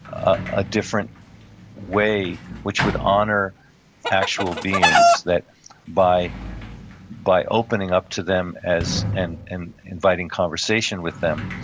a different way which would honor actual beings that by by opening up to them as, and and inviting conversation with them,